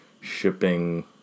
shipping